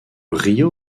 río